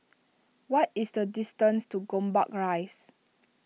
what is the distance to Gombak Rise